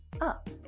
up